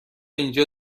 اینجا